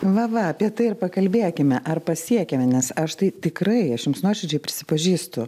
va va apie tai ir pakalbėkime ar pasiekiame nes aš tai tikrai aš jums nuoširdžiai prisipažįstu